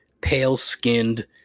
pale-skinned